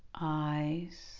Eyes